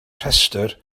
rhestr